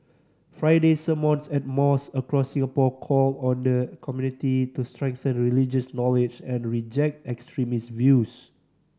Friday sermons at mosque across Singapore called on the community to strengthen religious knowledge and reject extremist views